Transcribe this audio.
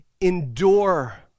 Endure